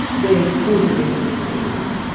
there's food available for everybody.